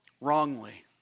wrongly